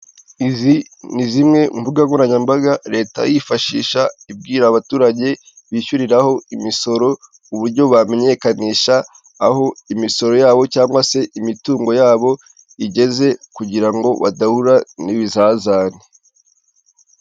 Izi ni zimwe mu mbuga nkoranyambaga leta yifashisha ibwira abaturage bishyuriraho imisoro uburyo bamenyekanisha aho imisoro, yabo cyangwa se imitungo yabo igeze kugirango badahura n'ibizazane.